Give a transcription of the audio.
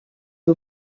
you